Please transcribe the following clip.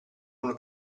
uno